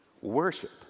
worship